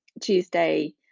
tuesday